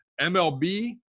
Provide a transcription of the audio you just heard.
MLB